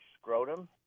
scrotum